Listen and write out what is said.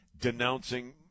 denouncing